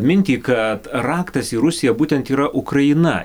mintį kad raktas į rusiją būtent yra ukraina